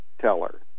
Teller